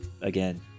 again